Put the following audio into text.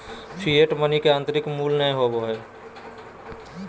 fiat money के आंतरिक मूल्य नय होबो हइ